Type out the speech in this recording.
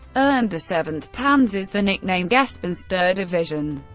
earned the seventh panzers the nickname gespensterdivision.